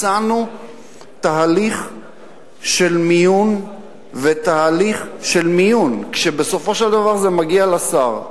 הצענו תהליך של מיון, כשבסופו של דבר זה מגיע לשר: